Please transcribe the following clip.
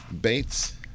Bates